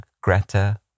Greta